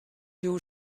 too